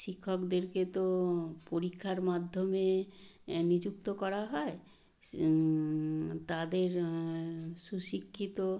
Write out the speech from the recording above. শিক্ষকদেরকে তো পরীক্ষার মাধ্যমে নিযুক্ত করা হয় তাদের সুশিক্ষিত